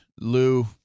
Lou